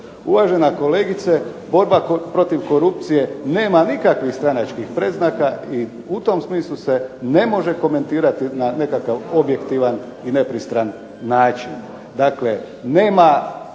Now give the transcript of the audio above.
Uvažena kolegice borba protiv korupcije nema nikakvih stranačkih predznaka i u tom smislu se ne može komentirati na nekakav objektivan i nepristran način.